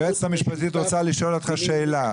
היועצת המשפטית רוצה לשאול אותך שאלה.